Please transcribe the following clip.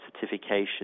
certification